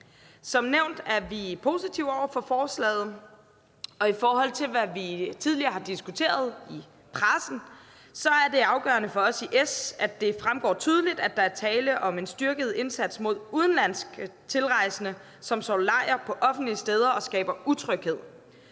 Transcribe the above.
Som nævnt er vi positive over for forslaget. Og i forhold til hvad vi tidligere har diskuteret i pressen, er det afgørende for os i S, at det fremgår tydeligt, at der er tale om en styrket indsats mod udenlandske tilrejsende, som slår lejr på offentlige steder og skaber utryghed,